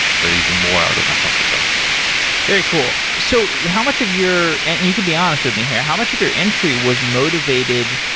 but even out of my comfort zone very cool. so how much of your and you could be honest with me here. how much of your entry was motivated,